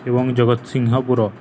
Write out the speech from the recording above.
ଏବଂ ଜଗତସିଂହପୁର